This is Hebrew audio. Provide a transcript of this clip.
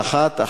האחת,